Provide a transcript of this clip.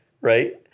right